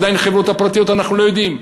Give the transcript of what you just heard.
עדיין על חברות פרטיות אנחנו לא יודעים.